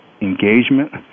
engagement